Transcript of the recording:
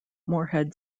morehead